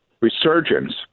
resurgence